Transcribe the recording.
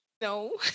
No